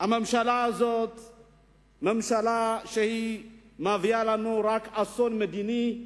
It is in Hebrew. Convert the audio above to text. הממשלה הזאת היא ממשלה שמביאה לנו רק אסון מדיני,